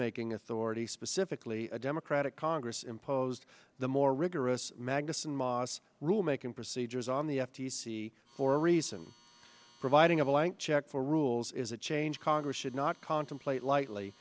making authority specifically a democratic congress imposed the more rigorous magnussen mosse rule making procedures on the f t c for a reason providing a blank check for rules is a change congress should not contemplate lightly